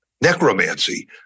Necromancy